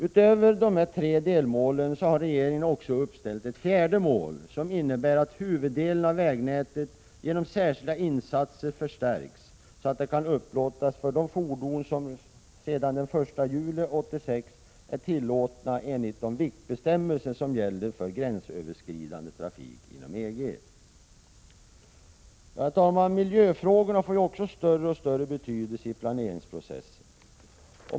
Utöver dessa tre delmål har regeringen också uppställt ett fjärde mål, som innebär att huvuddelen av vägnätet förstärks genom särskilda insatser, så att det kan upplåtas för de fordon som sedan den 1 juli 1986 är tillåtna enligt de viktbestämmelser som gäller för gränsöverskridande trafik inom EG. Herr talman! Miljöfrågorna får större och större betydelse i planeringsprocessen.